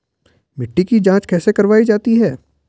मिट्टी की जाँच कैसे करवायी जाती है?